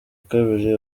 kabiri